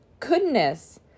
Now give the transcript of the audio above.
Goodness